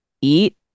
eat